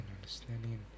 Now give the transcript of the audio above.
understanding